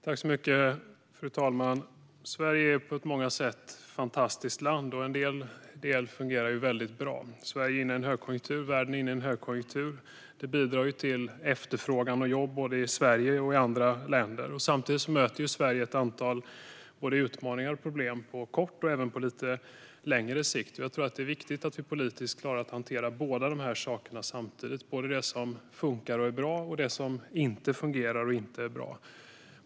Fru talman! Sverige är på många sätt ett fantastiskt land. En del fungerar väldigt bra. Sverige och världen är inne i en högkonjunktur. Det bidrar till efterfrågan och jobb både i Sverige och i andra länder. Samtidigt möter Sverige ett antal både utmaningar och problem på kort och även på lite längre sikt. Jag tror att det är viktigt att vi politiskt klarar att hantera båda de här sakerna samtidigt, både det som funkar och är bra och det som inte fungerar och inte är bra.